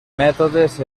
mètodes